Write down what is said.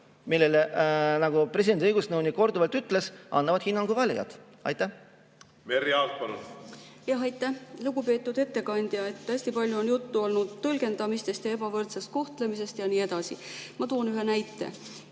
kohta, nagu presidendi õigusnõunik korduvalt ütles, annavad hinnangu valijad. Merry Aart, palun! Jah, aitäh! Lugupeetud ettekandja! Hästi palju on juttu olnud tõlgendamistest, ebavõrdsest kohtlemisest ja nii edasi. Ma toon ühe näite.